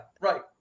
right